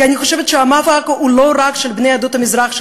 כי אני חושבת שהמאבק הוא לא רק של בני עדות המזרח,